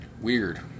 Weird